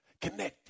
Connected